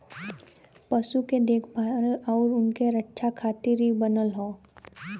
पशु के देखभाल आउर उनके रक्षा खातिर इ बनल हौ